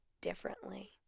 differently